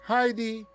Heidi